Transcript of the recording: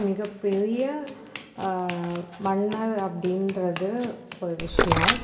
மிகப்பெரிய மன்னர் அப்படின்றது ஒரு விஷயோம்